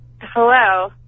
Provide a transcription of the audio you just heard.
Hello